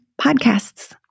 podcasts